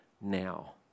now